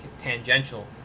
tangential